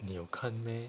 你有看 meh